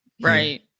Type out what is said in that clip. Right